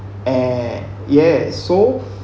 eh yes so